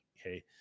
okay